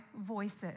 voices